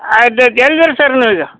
ಆಯ್ತು ಆಯ್ತು ಎಲ್ಲಿದಿರ್ ಸರ್ ನೀವು ಈಗ